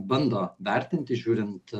bando vertinti žiūrint